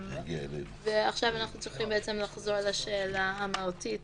עכשיו אנחנו צריכים לחזור לשאלה המהותית